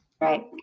Right